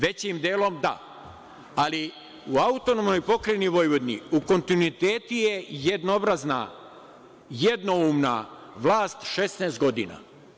Većim delom da, ali u AP Vojvodini u kontinuitetu je jednobrazna, jednoumna vlast 16 godina.